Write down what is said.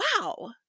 wow